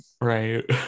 Right